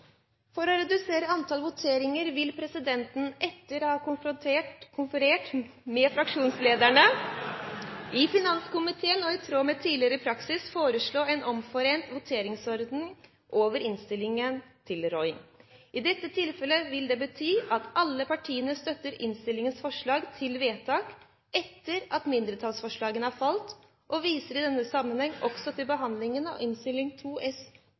For å redusere antall voteringer vil presidenten etter å ha konferert med fraksjonslederne i finanskomiteen og i tråd med tidligere praksis forslå en omforent voteringsorden over innstillingens tilråding. I dette tilfellet vil det bety at alle partiene støtter innstillingens forslag til vedtak etter at mindretallsforslagene er falt og viser i den sammenheng også til behandlingen av Innst 2 S